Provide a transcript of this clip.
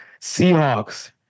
Seahawks